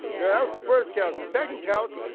you know that was the first couch. the second couch,